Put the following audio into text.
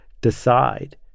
decide